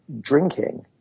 drinking